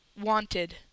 Wanted